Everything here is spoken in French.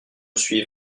suis